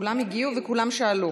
כולם הגיעו וכולם שאלו.